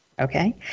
okay